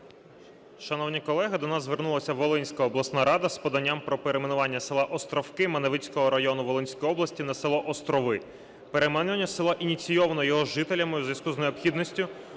Шановні колеги, до нас звернулась Волинська обласна рада з поданням про перейменування села Островки Маневицького району Волинської області на село Острови. Перейменування села ініційовано його жителями у зв'язку з необхідністю